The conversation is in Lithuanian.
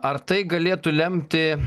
ar tai galėtų lemti